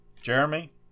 Jeremy